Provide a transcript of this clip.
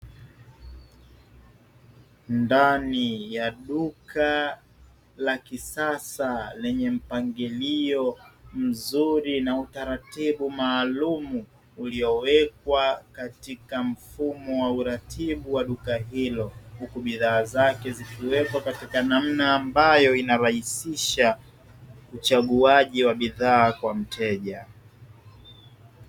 Ndani ya duka la kisasa lenye mpangilio mzuri na utaratibu maalumu uliowekwa katika mfumo wa uratibu wa duka hilo, huku bidhaa zake zikiwekwa katika namna ambayo inarahisisha uchaguaji wa bidhaa kwa mteja.